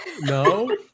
No